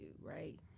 right